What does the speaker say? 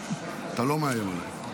אתה לא מאיים עליי.